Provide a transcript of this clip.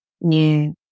new